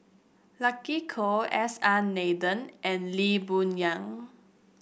Lucky Koh S R Nathan and Lee Boon Yang